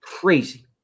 Crazy